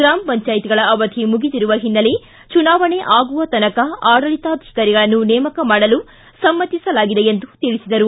ಗ್ರಾಮ ಪಂಚಾಯತ್ಗಳ ಅವಧಿ ಮುಗಿದಿರುವ ಹಿನ್ನೆಲೆ ಚುನಾವಣೆ ಆಗುವ ತನಕ ಆಡಳಿತಾಧಿಕಾರಿಗಳನ್ನು ನೇಮಕ ಮಾಡಲು ಸಮ್ಮತಿಸಲಾಗಿದೆ ಎಂದು ತಿಳಿಸಿದರು